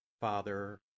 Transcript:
Father